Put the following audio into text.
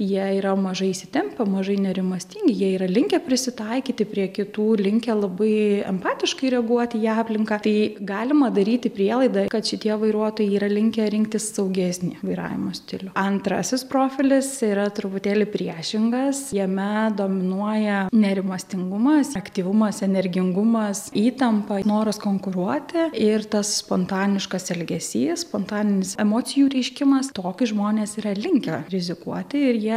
jie yra mažai įsitempę mažai nerimastingi jie yra linkę prisitaikyti prie kitų linkę labai empatiškai reaguoti į aplinką tai galima daryti prielaidą kad šitie vairuotojai yra linkę rinktis saugesnį vairavimo stilių antrasis profilis yra truputėlį priešingas jame dominuoja nerimastingumas aktyvumas energingumas įtampa noras konkuruoti ir tas spontaniškas elgesys spontaninis emocijų reiškimas toki žmonės yra linkę rizikuoti ir jie